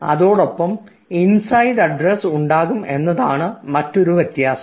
അതോടൊപ്പം inside address ഉണ്ടാകും എന്നതാണ് മറ്റൊരു വ്യത്യാസം